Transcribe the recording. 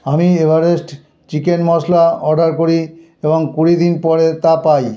আমি Everest chicken masala order করি এবং কুড়ি দিন পরে তা পাই